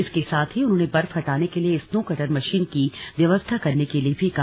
इसके साथ ही उन्होंने बर्फ हटाने के लिये स्नो कटर मशीन की व्यवस्था करने के लिए भी कहा